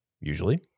usually